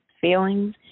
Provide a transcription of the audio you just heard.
feelings